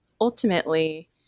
ultimately